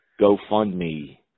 GoFundMe